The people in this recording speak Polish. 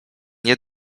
nie